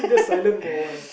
silent for a while